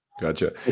Gotcha